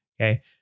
okay